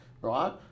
right